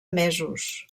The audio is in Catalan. mesos